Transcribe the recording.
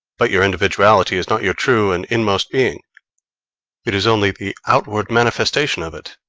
but your individuality is not your true and inmost being it is only the outward manifestation of it.